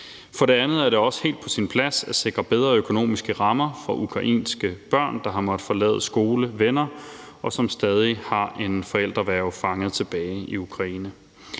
For det andet er det også helt på sin plads at sikre bedre økonomiske rammer for ukrainske børn, der har måttet forlade skole og venner, og som stadig har en forældre/værge fanget tilbage i Ukraine.